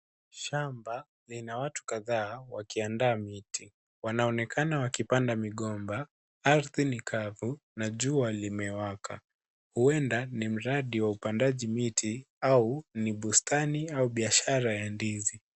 Shamba lina watu kadhaa wakiandaa miti. Wanaonekana wakipanda migomba. Ardhi ni kavu na jua limewaka huenda ni mradi wa upandaji miti au ni bustani au biashara ya ndizi.